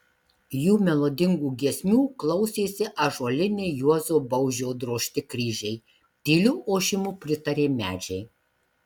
jų melodingų giesmių klausėsi ąžuoliniai juozo baužio drožti kryžiai tyliu ošimu pritarė medžiai